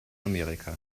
amerika